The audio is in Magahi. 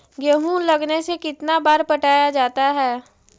गेहूं लगने से कितना बार पटाया जाता है?